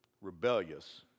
rebellious